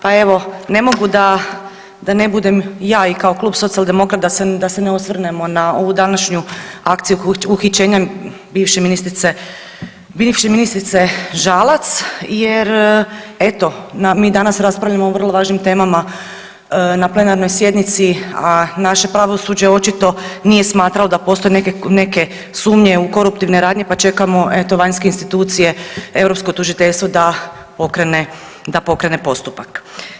Pa evo, ne mogu da, da ne budem i ja i kao Klub Socijaldemokrata da se ne osvrnemo na ovu današnju akciju uhićenja bivše ministrice, bivše ministrice Žalac jer eto mi danas raspravljamo o vrlo važnim temama na plenarnoj sjednici, a naše pravosuđe očito nije smatralo da postoje neke, neke sumnje u koruptivne radnje, pa čekamo eto vanjske institucije europsko tužiteljstvo da pokrene, da pokrene postupak.